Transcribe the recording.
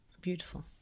beautiful